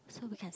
so we can